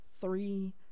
three